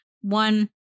One